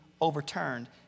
overturned